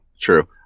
True